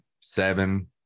Seven